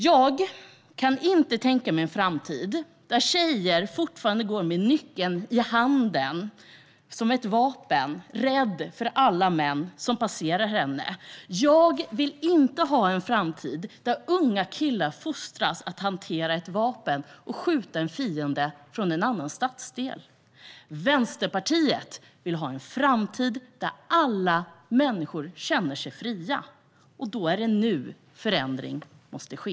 Jag kan inte tänka mig en framtid där tjejer fortfarande går med nyckeln i handen som ett vapen för att de är rädda för alla män som passerar. Jag vill inte ha en framtid där unga killar fostras att hantera ett vapen och skjuta en fiende från en annan stadsdel. Vänsterpartiet vill ha en framtid där alla människor känner sig fria. Då är det nu förändring måste ske.